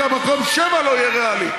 גם מקום שביעי לא יהיה ריאלי.